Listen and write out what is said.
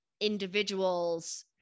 individuals